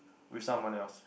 with someone else